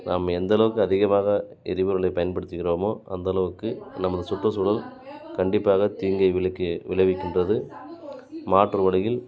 நாம் எந்த அளவுக்கு அதிகமாக எரிபொருளை பயன்படுத்துகிறோமோ அந்த அளவுக்கு நமது சுற்றுசூழல் கண்டிப்பாக தீங்கை விளைக்கு விளைவிக்கின்றது மாற்று வழியில்